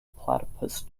platypus